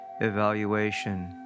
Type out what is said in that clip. evaluation